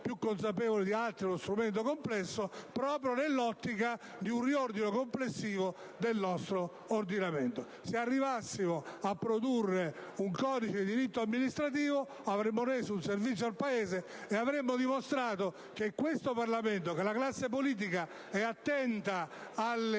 più consapevoli di altri - è uno strumento complesso), proprio nell'ottica di un riordino complessivo del nostro ordinamento. Se arrivassimo a produrre un codice di diritto amministrativo avremmo reso un servizio al Paese e avremmo dimostrato che questo Parlamento e la classe politica sono attenti alle